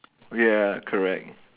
ya correct